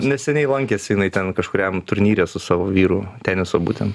neseniai lankėsi jinai ten kažkuriam turnyre su savo vyru teniso būtent